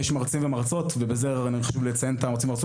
ויש מרצים ומרצות ובזה חשוב לציין את המרצים והמרצות